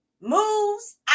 moves